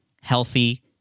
healthy